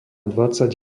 dvadsať